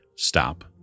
Stop